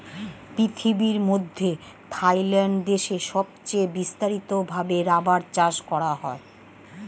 পৃথিবীর মধ্যে থাইল্যান্ড দেশে সবচে বিস্তারিত ভাবে রাবার চাষ করা হয়